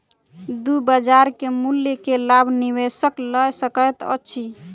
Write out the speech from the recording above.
दू बजार के मूल्य के लाभ निवेशक लय सकैत अछि